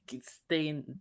Stay